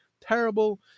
terrible